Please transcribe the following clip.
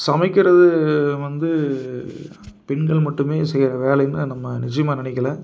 சமைக்கிறது வந்து பெண்கள் மட்டுமே செய்ற வேலையுன்னு நம்ம நினைக்கல